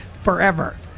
forever